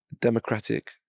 democratic